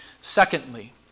Secondly